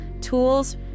tools